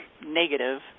negative